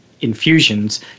infusions